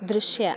ದೃಶ್ಯ